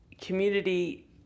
community